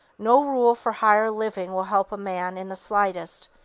no rule for higher living will help a man in the slightest,